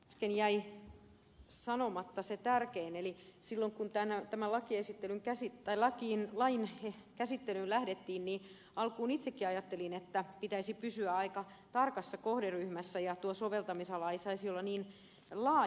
äsken jäi sanomatta se tärkein eli silloin kun tänään tämä laki esittely käsittäilla tämän lain käsittelyyn lähdettiin alkuun itsekin ajattelin että pitäisi pysyä aika tarkassa kohderyhmässä ja tuo soveltamisala ei saisi olla niin laaja